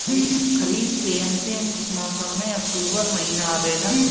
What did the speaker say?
खरीफ़ के अंतिम मौसम में अक्टूबर महीना आवेला?